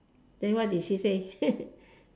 then what did she say